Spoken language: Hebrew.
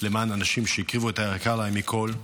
למען אנשים שהקריבו את היקר להם מכול,